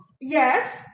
Yes